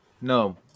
No